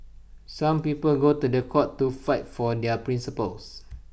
some people go to The Court to fight for their principles